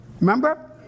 remember